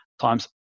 times